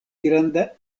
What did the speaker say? granda